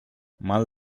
mal